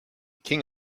king